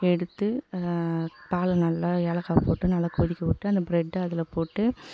எடுத்து பாலை நல்லா ஏலக்காவைப் போட்டு நல்லா கொதிக்க விட்டு அந்த ப்ரெட்டை அதில் போட்டு